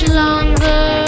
longer